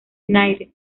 united